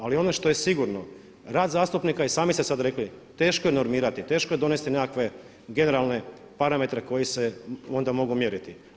Ali ono što je sigurno rad zastupnika i sami ste sad rekli teško je normirati, teško je donesti nekakve generalne parametre koji se onda mogu mjeriti.